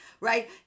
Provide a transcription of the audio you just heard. right